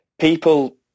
People